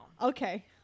Okay